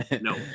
No